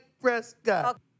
Prescott